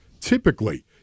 typically